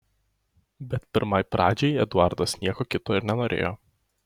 bet pirmai pradžiai eduardas nieko kito ir nenorėjo